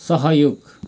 सहयोग